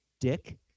dick